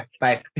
Bye